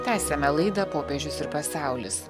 tęsiame laidą popiežius ir pasaulis